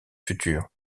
futurs